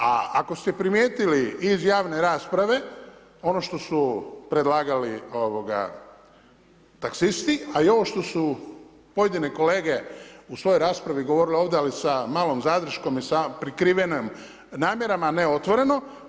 A ako ste primijetili i iz javne rasprave ono što su predlagali taksisti a i ovo što su pojedine kolege u svojoj raspravi govorile ovdje ali sa malom zadrškom i sa prikrivenim namjerama a ne otvoreno.